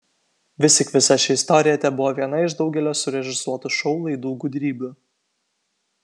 vis tik visa ši istorija tebuvo viena iš daugelio surežisuotų šou laidų gudrybių